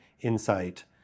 insight